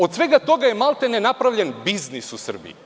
Od svega toga je, maltene, napravljen biznis u Srbiji.